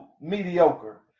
mediocre